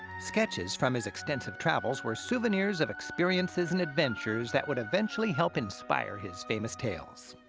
sketches from his extensive travels were souvenirs of experiences and adventures that would eventually help inspire his famous tales.